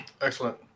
Excellent